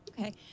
Okay